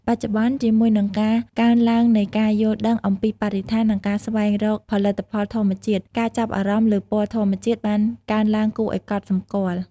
បច្ចុប្បន្ន ជាមួយនឹងការកើនឡើងនៃការយល់ដឹងអំពីបរិស្ថាន និងការស្វែងរកផលិតផលធម្មជាតិ ការចាប់អារម្មណ៍លើពណ៌ធម្មជាតិបានកើនឡើងគួរឱ្យកត់សម្គាល់។